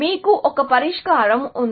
మీకు ఒక పరిష్కారం ఉంది